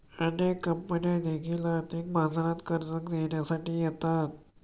अनेक कंपन्या देखील आर्थिक बाजारात कर्ज देण्यासाठी येतात